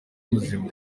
muzima